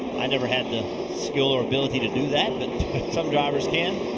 i never had the skill or ability to do that, but some drivers can.